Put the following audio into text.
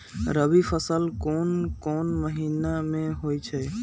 रबी फसल कोंन कोंन महिना में होइ छइ?